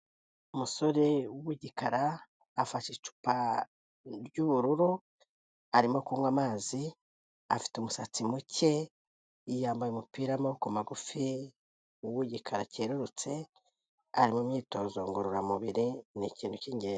Umusore w'igikara afashe icupa ry'ubururu arimo kunywa amazi, afite umusatsi muke yambaye umupira w'amaboko magufi, w'igikara cyerurutse; ari mu myitozo ngororamubiri, ni ikintu cy'ingenzi.